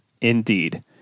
indeed